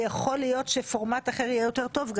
ויכול להיות שפורמט אחר יהיה יותר טוב.